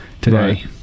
today